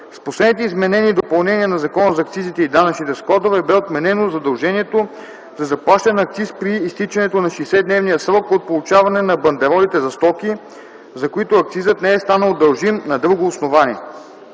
С последните изменения и допълнения на Закона за акцизите и данъчните складове бе отменено задължението за заплащане на акциз при изтичането на 60-дневния срок от получаване на бандеролите за стоки, за които акцизът не е станал дължим на друго основание.